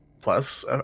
Plus